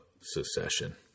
secession